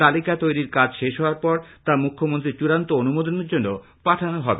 তালিকা তৈরির কাজ শেষ হওয়ার পর তা মুখ্যমন্ত্রীর চূড়ান্ত অনুমোদনের জন্য পাঠানো হবে